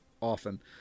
often